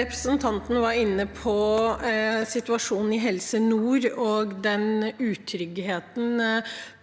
Representanten var inne på situasjonen i Helse nord og den utryggheten